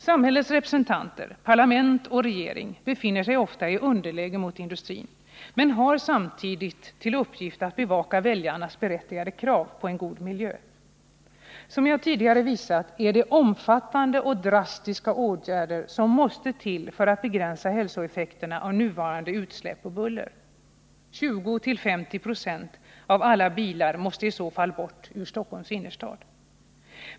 Samhällets representanter — parlament och regering — befinner sig ofta i underläge mot industrin men har samtidigt till uppgift att bevaka väljarnas berättigade krav på en god miljö. Som jag tidigare visat är det omfattande och drastiska åtgärder som måste till för att begränsa hälsoeffekterna av nuvarande utsläpp och buller. 20-50 96 av alla bilar måste i så fall bort ur Stockholms innerstad.